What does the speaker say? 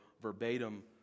verbatim